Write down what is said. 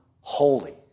holy